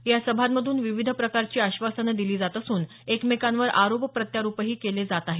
या सभांमधून विविध प्रकारच्या आश्वासन दिली जात आहेत तसंच एकमेकांवर आरोप प्रत्यारोपही केले जात आहेत